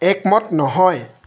একমত নহয়